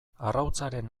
arrautzaren